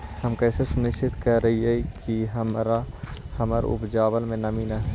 हम कैसे सुनिश्चित करिअई कि हमर उपज में नमी न होय?